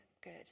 good